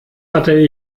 hatte